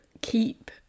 keep